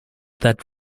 that